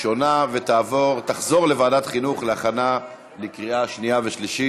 ראשונה ותוחזר לוועדת החינוך להכנה לקריאה שנייה ושלישית.